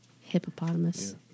Hippopotamus